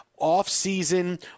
off-season